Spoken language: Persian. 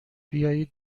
بیایید